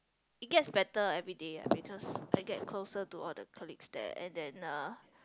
it gets better everyday ah because I get closer to all the colleagues there and then uh